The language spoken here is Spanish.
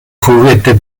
juguete